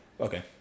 Okay